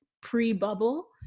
pre-bubble